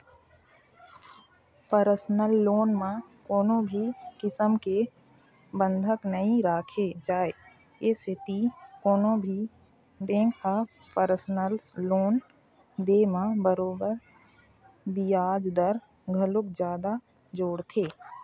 personal loan म कोनो भी किसम के बंधक नइ राखे जाए ए सेती कोनो भी बेंक ह परसनल लोन दे म बरोबर बियाज दर घलोक जादा जोड़थे